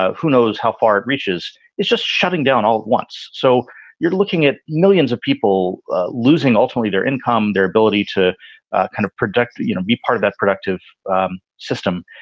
ah who knows how far it reaches is just shutting down all at once. so you're looking at millions of people losing ultimately their income, their ability to kind of productively, you know, be part of that productive system.